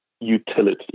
utility